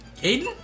Caden